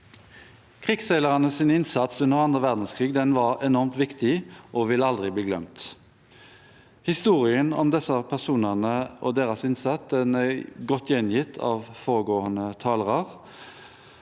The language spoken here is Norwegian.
Krigsseilernes innsats under annen verdenskrig var enormt viktig og vil aldri bli glemt. Historien om disse personene og deres innsats er godt gjengitt av foregående talere,